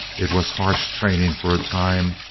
it was harsh training for a time,